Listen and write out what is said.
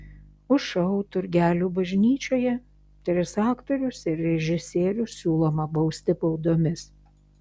už šou turgelių bažnyčioje tris aktorius ir režisierių siūloma bausti baudomis